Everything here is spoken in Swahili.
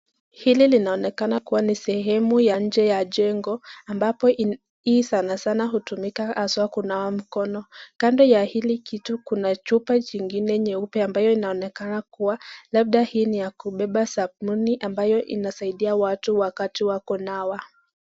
hili linaonekana kuwa ni sehemu ya nje ya jengo ambapo hii sana sana, utumika haswa kunawa mikono, kando ya hili kitu, kuna chupa jingine nyeupe ambayo inaonekana kuwa labda hii ni ya kubeba sabuni ambayo inasaidia watu wakati wa kunawa.